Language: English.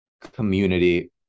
community